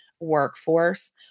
workforce